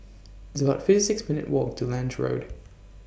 It's about fifty six minutes' Walk to Lange Road